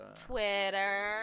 Twitter